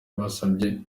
basabye